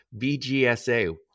BGSA